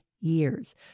Years